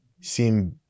seem